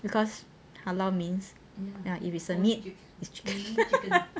because halal means ya if is the meat is chicken